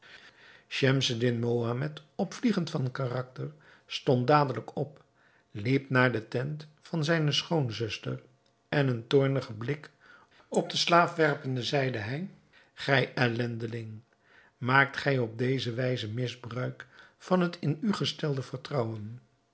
schemseddin mohammed opvliegend van karakter stond dadelijk op liep naar de tent van zijne schoonzuster en een toornigen blik op den slaaf werpende zeide hij gij ellendeling maakt gij op deze wijze misbruik van het in u gestelde vertrouwen